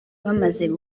bamaze